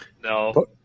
No